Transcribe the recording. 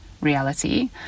reality